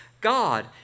God